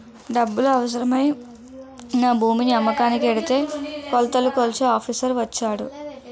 డబ్బులు అవసరమై నా భూమిని అమ్మకానికి ఎడితే కొలతలు కొలిచే ఆఫీసర్ వచ్చాడు